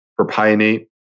propionate